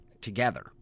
together